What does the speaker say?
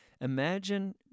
Imagine